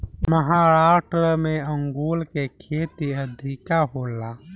महाराष्ट्र में अंगूर के खेती अधिका होला